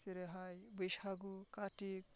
जेरैहाय बैसागु कातिक